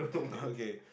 okay